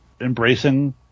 embracing